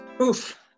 Oof